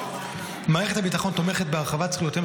מערכת הביטחון תומכת בהרחבת זכויותיהם